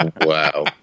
wow